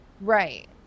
right